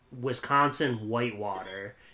Wisconsin-Whitewater